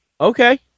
okay